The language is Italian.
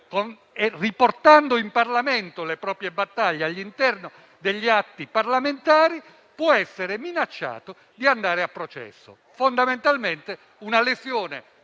riportando in Parlamento le proprie battaglie sotto forma di atti parlamentari, possa essere minacciato di andare a processo; fondamentalmente una violazione,